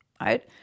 right